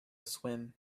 swim